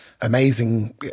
amazing